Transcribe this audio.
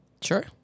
sure